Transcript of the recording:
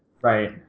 right